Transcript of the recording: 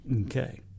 Okay